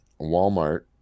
Walmart